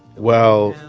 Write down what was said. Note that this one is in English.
well,